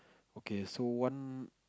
okay so one